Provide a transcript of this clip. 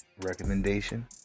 recommendation